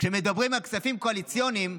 כשמדברים על כספים קואליציוניים,